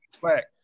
black